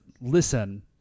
listen